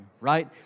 Right